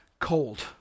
cold